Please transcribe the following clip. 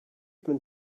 been